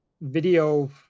video